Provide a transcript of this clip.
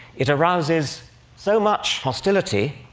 it arouses so much hostility